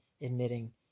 admitting